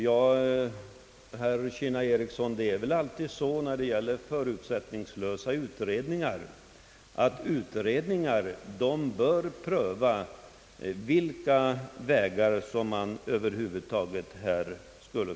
Ja, herr Kinna-Ericsson, det är väl alltid så att förutsättningslösa utredningar bör pröva alla de olika vägar som man eventuellt kan beträda.